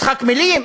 משחק מילים?